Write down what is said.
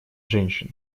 женщин